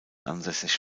ansässig